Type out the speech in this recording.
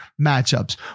matchups